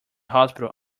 hospital